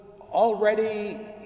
already